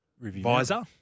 visor